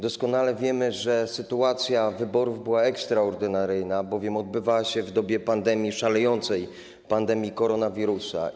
Doskonale wiemy, że sytuacja wyborów była ekstraordynaryjna, bowiem odbywały się w dobie szalejącej pandemii koronawirusa.